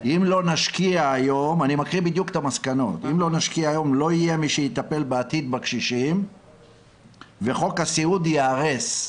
"אם לא נשקיע היום לא יהיה מי שיטפל בעתיד בקשישים וחוק הסיעוד ייהרס".